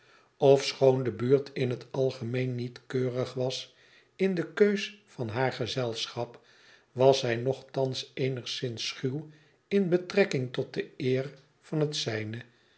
ofschoon de buurt in het algemeen niet keurig was in de keus van haar gezelschap was zij nogthans eenigszins schuw in betrekking tot de eer van het zijne